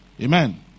Amen